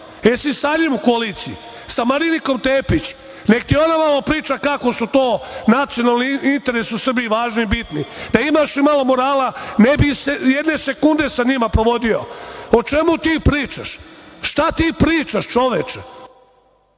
Jel si sa njim u koaliciji? Sa Marinikom Tepić? Neka ti ona malo priča kako su to nacionalni interesi u Srbiji važni i bitni. Da imaš i malo morala, ne bi jedne sekunde sa njima provodio. O čemu ti pričaš? Šta bi pričaš, čoveče!